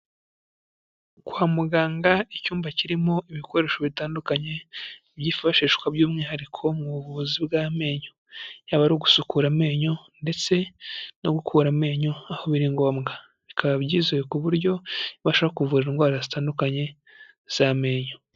Kwa muganga icyumba kirimo ibikoresho bitandukanye byifashishwa by'umwihariko mu buvuzi bw'amenyo. Yaba ari ugusukura amenyo ndetse no gukura amenyo aho biri ngombwa. Bikaba byizewe ku buryo ibasha kuvura indwara zitandukanye z'amenyo.